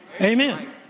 Amen